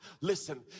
Listen